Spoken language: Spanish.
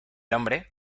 hombre